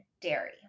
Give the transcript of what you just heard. dairy